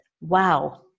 Wow